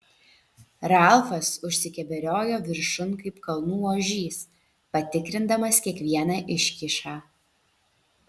ralfas užsikeberiojo viršun kaip kalnų ožys patikrindamas kiekvieną iškyšą